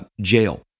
jail